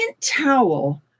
towel